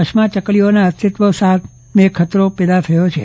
કચ્છમાં ચકલીઓના અસ્તિત્વ સામે ખતરો પેદા થયો છે